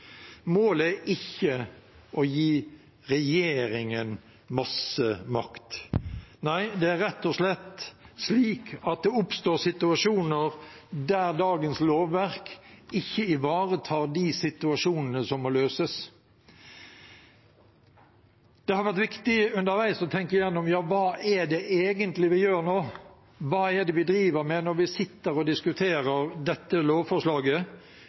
Målet er ikke å gi regjeringen masse makt. Nei, det er rett og slett slik at det oppstår situasjoner der dagens lovverk ikke ivaretar de situasjonene som må løses. Det har vært viktig underveis å tenke igjennom: Hva er det egentlig vi gjør nå? Hva er det vi driver med når vi sitter og diskuterer dette lovforslaget?